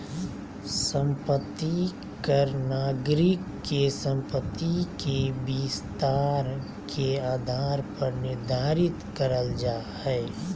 संपत्ति कर नागरिक के संपत्ति के विस्तार के आधार पर निर्धारित करल जा हय